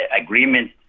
agreement